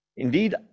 Indeed